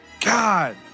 God